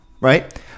right